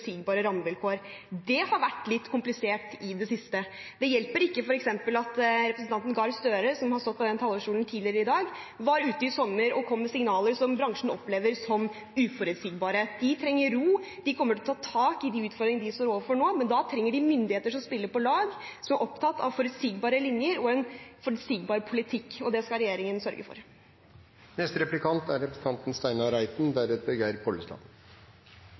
forutsigbare rammevilkår. Det har vært litt komplisert i det siste. Det hjelper f.eks. ikke at representanten Gahr Støre, som har stått på denne talerstolen tidligere i dag, var ute i sommer og kom med signaler som bransjen opplevde som uforutsigbare. Bransjen trenger ro. De kommer til å ta tak i de utfordringene de står overfor nå, men da trenger de myndigheter som spiller på lag, som er opptatt av forutsigbare linjer og en forutsigbar politikk, og det skal regjeringen sørge for. Arbeidet med å utrede fergefri E39 fra Kristiansand til Trondheim er